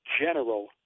general